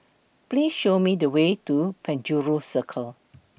Please Show Me The Way to Penjuru Circle